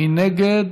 מי נגד?